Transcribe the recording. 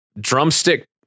drumstick